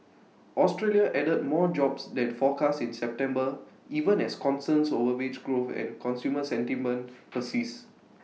Australia added more jobs than forecast in September even as concerns over wage growth and consumer sentiment persist